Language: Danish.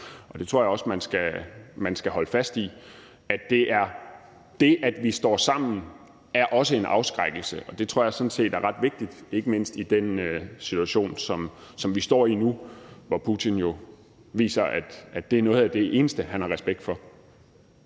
er. Det tror jeg også at man skal holde fast i. Det, at vi står sammen, er også en afskrækkelse, og det tror jeg sådan set er ret vigtigt, ikke mindst i den situation, som vi står i nu, hvor Putin jo viser, at det er noget af det eneste, han har respekt for.